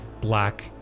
black